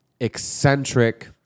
eccentric